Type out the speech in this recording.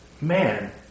man